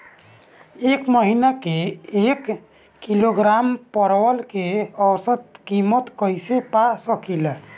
एक महिना के एक किलोग्राम परवल के औसत किमत कइसे पा सकिला?